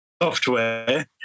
software